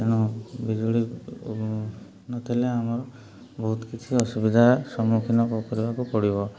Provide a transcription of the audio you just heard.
ତେଣୁ' ବିଜୁଳି ନଥିଲେ ଆମର ବହୁତ କିଛି ଅସୁବିଧା ସମ୍ମୁଖୀନ କରିବାକୁ ପଡ଼ିବ